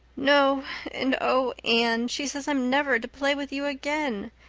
no and oh, anne, she says i'm never to play with you again.